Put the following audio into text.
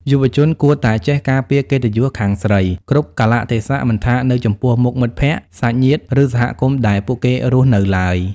យុវជនគួរតែចេះ "ការពារកិត្តិយសខាងស្រី" គ្រប់កាលៈទេសៈ មិនថានៅចំពោះមុខមិត្តភក្តិ សាច់ញាតិ ឬសហគមន៍ដែលពួកគេរស់នៅឡើយ។